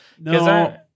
No